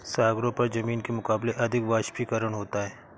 सागरों पर जमीन के मुकाबले अधिक वाष्पीकरण होता है